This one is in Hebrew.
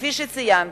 כפי שציינתי,